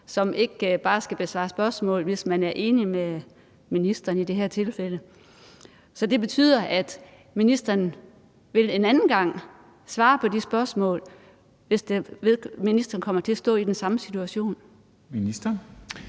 som ikke bare skal stille spørgsmål, hvis den er enig med ministeren som i det her tilfælde. Så betyder det, at ministeren en anden gang vil svare på sådanne spørgsmål, hvis ministeren kommer til at stå i den samme situation?